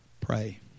Pray